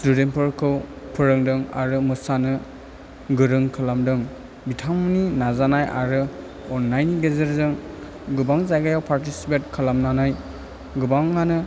स्टुदेन्थफोरखौ फोरोंदों आरो मोसानो गोरों खालामदों बिथांमोननि नाजानाय आरो अन्नायनि गेजेरजों गोबां जायगायाव पारटिसिपेथ खालामनानै गोबांयानो